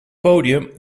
podium